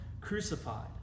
crucified